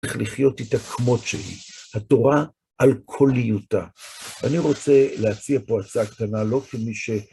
צריך לחיות איתה כמו שהיא, התורה על כל היותה. אני רוצה להציע פה הצעה קטנה, לא כמי ש...